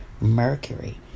Mercury